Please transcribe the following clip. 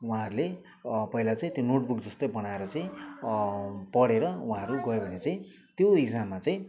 उहाँहरूले पहिला चाहिँ त्यो नोटबुक जस्तै बनाएर चाहिँ पढेर उहाँहरू गयो भने चाहिँ त्यो इक्जाममा चाहिँ